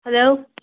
hello